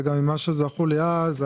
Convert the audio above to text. וגם ממה שזכור לי אז,